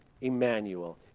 Emmanuel